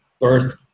birth